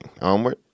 onward